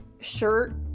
shirt